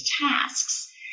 tasks